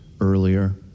earlier